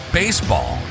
baseball